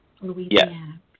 Louisiana